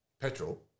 petrol